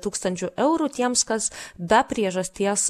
tūkstančių eurų tiems kas be priežasties